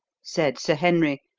said sir henry,